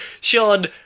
Sean